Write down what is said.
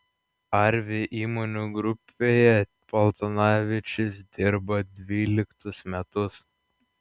arvi įmonių grupėje paltanavičius dirba dvyliktus metus